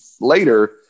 later